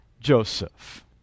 Joseph